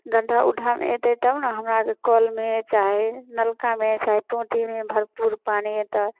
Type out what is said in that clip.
गड्ढ़ा ऊढ्ढामे अयतै तब ने हमरा आरके कलमे चाहे नलकामे चाहे टोटीमे भरपूर पानि अयतै